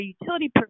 utility